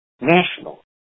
National